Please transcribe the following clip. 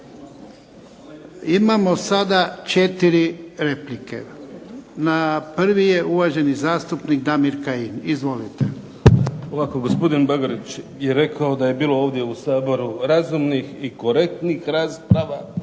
Imamo sada 4 replike. Prvi je uvaženi zastupnik Damir Kajin. Izvolite. **Kajin, Damir (IDS)** Ovako gospodin Bagarić je rekao da je bilo ovdje u Saboru razumnih i korektnih rasprava,